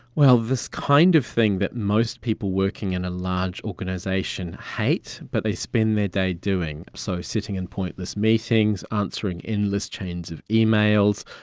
well, this kind of thing that most people working in a large organisation hate but they spend their day doing, so sitting in pointless meetings, answering endless chains of emails,